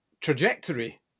trajectory